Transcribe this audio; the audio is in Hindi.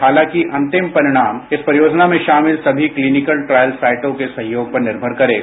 हालांकि अंतिम परिणाम इस परियोजना में शामिल सभी क्लीनिकल ट्रायल साइटों के सहयोग पर निर्भर करेगा